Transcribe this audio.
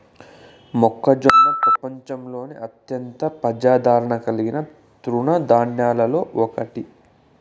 మొక్కజొన్న ప్రపంచంలోనే అత్యంత ప్రజాదారణ కలిగిన తృణ ధాన్యాలలో ఒకటి